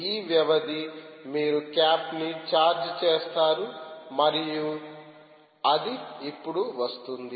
ఈ వ్యవధి మీరు క్యాప్ని ఛార్జ్ చేస్తారు మరియు అది ఇప్పుడు వస్తుంది